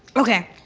ok,